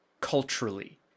culturally